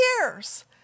years